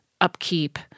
upkeep